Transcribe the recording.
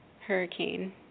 hurricane